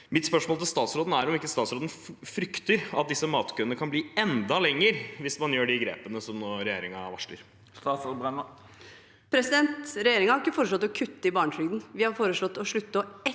Mitt spørsmål til statsråden er om ikke statsråden frykter at disse matkøene kan bli enda lenger hvis man gjør de grepene som regjeringen nå varsler. Statsråd Tonje Brenna Regjeringen har ikke foreslått å kutte i barnetrygden. Vi har foreslått å slutte å